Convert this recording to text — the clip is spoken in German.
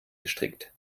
gestrickt